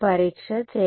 విద్యార్థి పరీక్ష